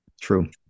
true